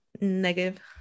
Negative